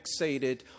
fixated